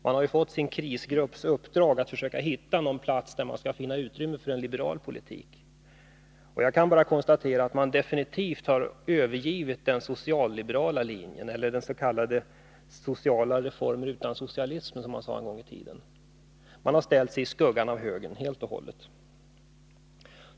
Man har ju fått sin krisgrupps uppdrag att försöka hitta någon plats där man skall finna utrymme för en liberal politik. Jag kan bara konstatera att man definitivt har övergivit den socialliberala linjen, eller ”sociala reformer utan socialism”, som man sade en gång i tiden. Man har ställt sig i skuggan av högern helt och hållet.